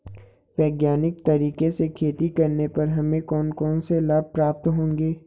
वैज्ञानिक तरीके से खेती करने पर हमें कौन कौन से लाभ प्राप्त होंगे?